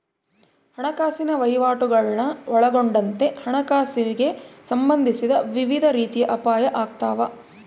ಹಣಕಾಸಿನ ವಹಿವಾಟುಗುಳ್ನ ಒಳಗೊಂಡಂತೆ ಹಣಕಾಸಿಗೆ ಸಂಬಂಧಿಸಿದ ವಿವಿಧ ರೀತಿಯ ಅಪಾಯ ಆಗ್ತಾವ